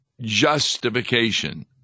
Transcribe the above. justification